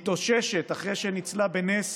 מתאוששת אחרי שניצלה בנס